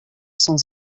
cent